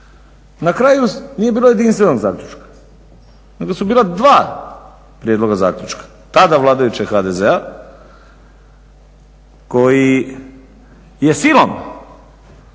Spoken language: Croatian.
Na kraju nije bilo jedinstvenog zaključka, nego su bila dva prijedloga zaključka tada vladajućeg HDZ-a koji je silom